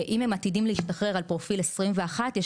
אם הם עתידים להשתחרר על פרופיל 21 יש